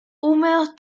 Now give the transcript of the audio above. húmedos